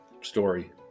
story